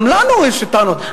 גם אלינו יש טענות.